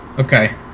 Okay